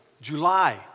July